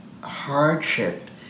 hardship